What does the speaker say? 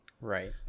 right